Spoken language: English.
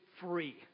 free